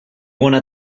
wanna